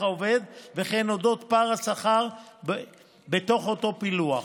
העובד וכן על אודות פער השכר בתוך אותו פילוח.